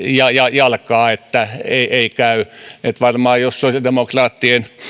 jalkaa että ei käy varmaan jos sosiaalidemokraattien